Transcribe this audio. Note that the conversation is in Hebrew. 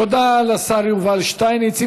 תודה לשר יובל שטייניץ.